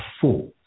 four